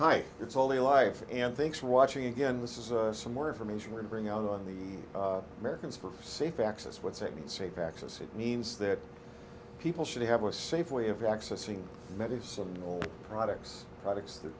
hi it's all the life and thanks watching again this is some more information we bring out on the americans for safe access what's that mean safe access it means that people should have a safe way of accessing medicine products products that